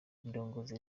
indongozi